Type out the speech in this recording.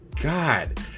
god